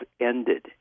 ended